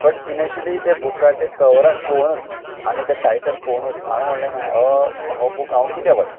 but initially तें बुकाचे कवराक पळोवनूच आनी तें टायटल पळोवनूच हांवे म्हणलें ना हो बूक हांव कित्याक वचूं